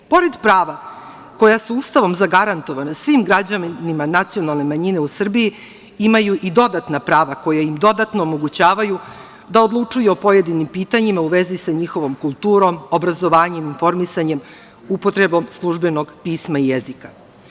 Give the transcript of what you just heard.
Pored prava koja su Ustavom zagarantovana svim građanima, nacionalne manjine u Srbiji imaju i dodatna prava koja im dodatnoj omogućavaju da odlučuju o pojedinim pitanjima u vezi sa njihovom kulturom, obrazovanjem, informisanjem upotrebom službenog pisma i jezika.